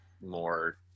more